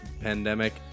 pandemic